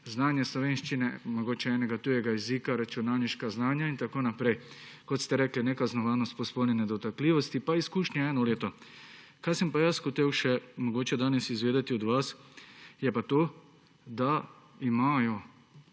znanje slovenščine, mogoče enega tujega jezika, računalniška znanja in tako naprej, kot ste rekli, nekaznovanost po spolni nedotakljivosti pa izkušnje eno leto. Kar sem pa jaz hotel mogoče danes še izvedeti od vas, je pa to, da imajo